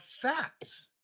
facts